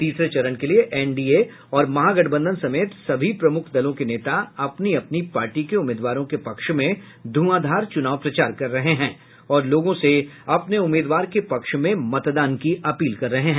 तीसरे चरण के लिये एनडीए और महागठबंधन समेत सभी प्रमुख दलों के नेता अपनी अपनी पार्टी के उम्मीदवारों के पक्ष में ध्रंआधार चुनाव प्रचार कर रहे हैं और लोगों से अपने उम्मीदवार के पक्ष में मतदान की अपील कर रहे हैं